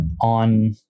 on